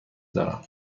دارم